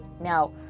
Now